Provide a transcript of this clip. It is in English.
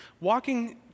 Walking